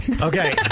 Okay